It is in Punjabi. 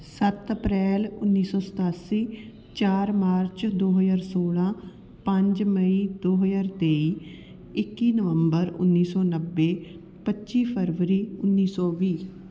ਸੱਤ ਅਪ੍ਰੈਲ ਉੱਨੀ ਸੌ ਸਤਾਸੀ ਚਾਰ ਮਾਰਚ ਦੋ ਹਜ਼ਾਰ ਸੋਲ੍ਹਾਂ ਪੰਜ ਮਈ ਦੋ ਹਜ਼ਾਰ ਤੇਈ ਇੱਕੀ ਨਵੰਬਰ ਉੱਨੀ ਸੌ ਨੱਬੇ ਪੱਚੀ ਫਰਵਰੀ ਉੱਨੀ ਸੌ ਵੀਹ